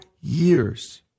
years